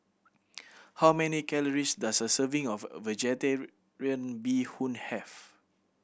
how many calories does a serving of Vegetarian Bee Hoon have